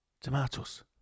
Tomatoes